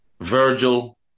Virgil